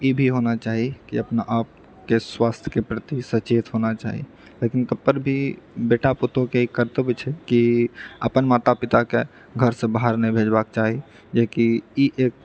ई भी होना चाही कि अपना आपके स्वस्थ के प्रति सचेत होना चाही लेकिन तब पर भी बेटा पुतहुँ कऽ ई कर्तव्य यऽ कि अपन माता पिता कऽ घरसँ बाहर नहि भेजबाक चाही जेकि ई एक